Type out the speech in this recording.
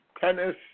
tennis